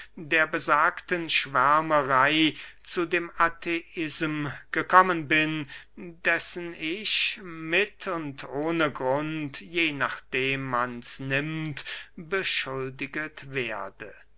der besagten schwärmerey zu dem atheism gekommen bin dessen ich mit und ohne grund je nachdem mans nimmt beschuldiget werde